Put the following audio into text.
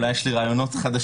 אולי יש לי רעיונות חדשים.